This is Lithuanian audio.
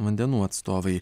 vandenų atstovai